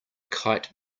kite